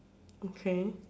okay